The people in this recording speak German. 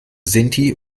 sinti